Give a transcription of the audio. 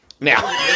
Now